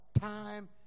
time